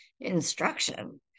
instruction